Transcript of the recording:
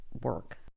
work